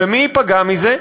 ומי ייפגע מזה?